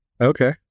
Okay